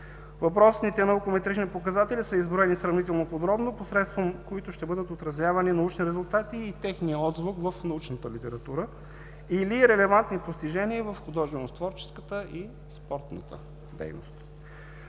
Въпросните наукометрични показатели са изброени сравнително подробно, посредством които ще бъдат отразявани научни резултати и техният отзвук в научната литература или релевантни постижения в художественотворческата и спортната дейност.